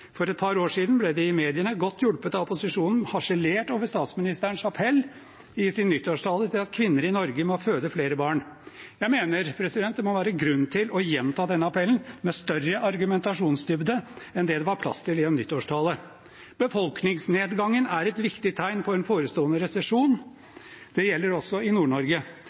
fra et kvinnehelseperspektiv være ønskelig at fødslene skjer tidligere. I vinter ble det i mediene – godt hjulpet av opposisjonen – harselert over statsministerens appell i sin nyttårstale til kvinner i Norge om å føde flere barn. Jeg mener det må være grunn til å gjenta denne appellen med større argumentasjonsdybde enn det det var plass til i en nyttårstale. Befolkningsnedgangen er et viktig tegn på en forestående resesjon. Det gjelder også i